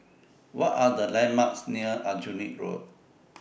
What Are The landmarks near Aljunied Road